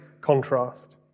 contrast